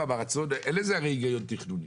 אין לזה הרי היגיון תכנוני.